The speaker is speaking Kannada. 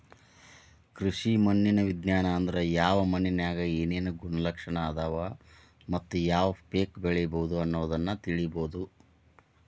ಕೃಷಿ ಮಣ್ಣಿನ ವಿಜ್ಞಾನ ಅಂದ್ರ ಯಾವ ಮಣ್ಣಿನ್ಯಾಗ ಏನೇನು ಗುಣಲಕ್ಷಣ ಅದಾವ ಮತ್ತ ಯಾವ ಪೇಕ ಬೆಳಿಬೊದು ಅನ್ನೋದನ್ನ ತಿಳ್ಕೋಬೋದು